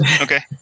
Okay